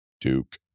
Duke